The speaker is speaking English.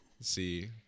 See